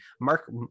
Mark